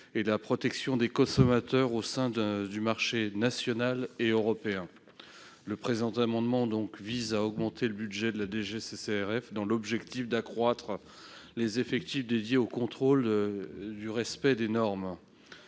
et la protection des consommateurs au sein du marché national et européen. Il s'agit donc d'augmenter le budget de la DGCCRF dans l'objectif d'accroître ses effectifs dédiés au contrôle du respect des normes.